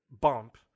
bump